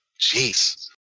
Jeez